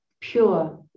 pure